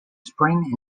spring